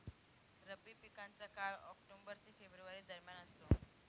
रब्बी पिकांचा काळ ऑक्टोबर ते फेब्रुवारी दरम्यान असतो